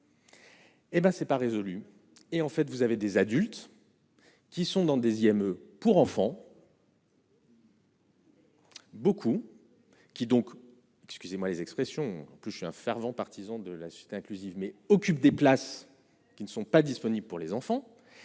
Eh ben c'est pas résolu et en fait, vous avez des adultes qui sont dans des IME pour enfants. Beaucoup, qui donc excusez-moi les expressions que je suis un fervent partisan de la société inclusive mais occupent des places qui ne sont pas disponibles pour les enfants,